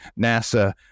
nasa